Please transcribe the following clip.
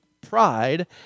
pride